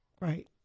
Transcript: Right